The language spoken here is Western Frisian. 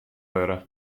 wurde